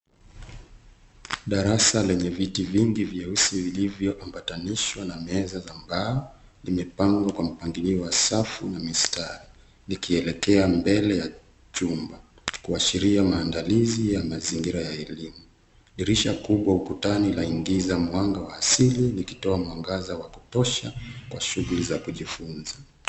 Darasa lenye viti vingi vyeusi vilivyo ambatanishwa na meza za mbao, limepangwa kwa mpangilio wa safu na mistari, likielekea mbele ya chumba; kuashiria maandalizi ya mazingira ya elimu. Dirisha kubwa ukutani la ingiza mwanga wa asili likitoa mwangaza wa kutosha kwa shughuli za kujifunza.